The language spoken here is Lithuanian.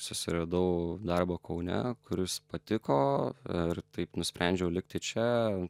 susiradau darbo kaune kuris patiko ir taip nusprendžiau likti čia